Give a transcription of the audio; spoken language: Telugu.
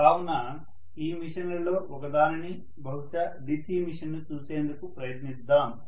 కావున ఈ మెషిన్ లలో ఒక దానిని బహుశా DC మిషిన్ ను చూసేందుకు ప్రయత్నిద్దాం